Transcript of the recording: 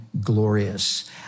glorious